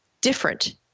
different